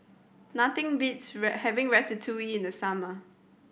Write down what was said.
nothing beats having Ratatouille in the summer